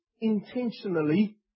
intentionally